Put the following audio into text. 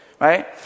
right